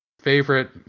favorite